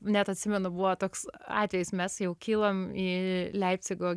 net atsimenu buvo toks atvejis mes jau kylam į leipcigo